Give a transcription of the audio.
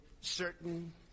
certain